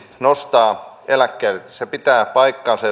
nostaa eläkkeitä se pitää paikkansa